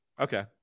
Okay